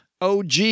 OG